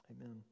Amen